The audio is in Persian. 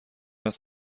است